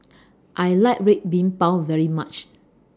I like Red Bean Bao very much